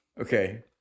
Okay